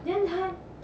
ya ya